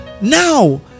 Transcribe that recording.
now